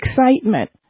excitement